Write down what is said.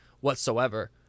whatsoever